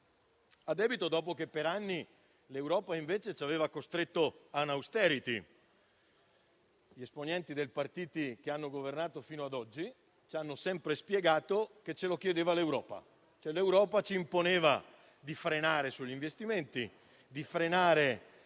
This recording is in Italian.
a debito, dopo che per anni l'Europa invece ci aveva costretti all'*austerity.* Gli esponenti dei partiti che hanno governato fino ad oggi ci hanno sempre spiegato che ce lo chiedeva l'Europa, che ci imponeva cioè di frenare sugli investimenti, sul sociale